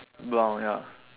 brown ya